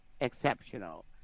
exceptional